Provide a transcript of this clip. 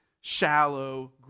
shallow